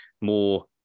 more